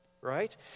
Right